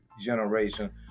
generation